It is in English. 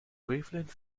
wavelength